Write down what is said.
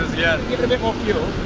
you need a bit more fuel